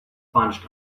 bunched